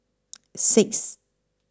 six